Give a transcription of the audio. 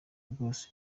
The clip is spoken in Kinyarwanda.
rwose